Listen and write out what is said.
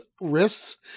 wrists